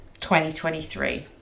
2023